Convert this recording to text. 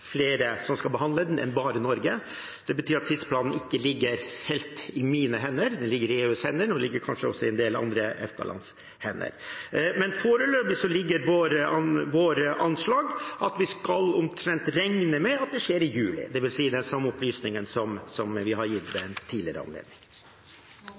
enn bare Norge som skal behandle den. Det betyr at tidsplanen ikke ligger helt i mine hender. Den ligger i EUs hender, og den ligger kanskje også i en del andre EFTA-lands hender. Men foreløpig ligger våre anslag på at vi omtrent regner med at det skjer i juli, dvs. den samme opplysningen vi har gitt ved